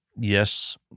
Yes